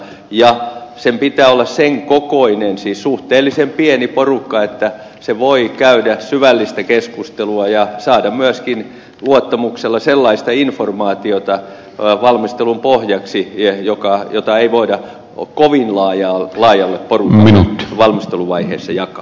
ja sen pitää olla sen kokoinen siis suhteellisen pieni porukka että se voi käydä syvällistä keskustelua ja saada myöskin luottamuksella sellaista informaatiota valmistelun pohjaksi jota ei voida kovin laajalle porukalle valmisteluvaiheessa jakaa